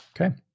Okay